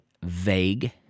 vague